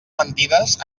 mentides